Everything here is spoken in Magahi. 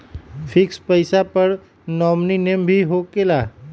फिक्स पईसा पर नॉमिनी नेम भी होकेला?